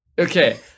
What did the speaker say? Okay